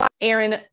aaron